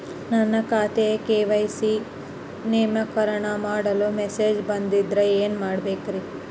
ನನ್ನ ಖಾತೆಯ ಕೆ.ವೈ.ಸಿ ನವೇಕರಣ ಮಾಡಲು ಮೆಸೇಜ್ ಬಂದದ್ರಿ ಏನ್ ಮಾಡ್ಬೇಕ್ರಿ?